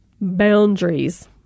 boundaries